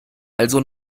also